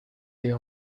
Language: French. les